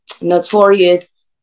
notorious